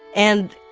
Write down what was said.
and.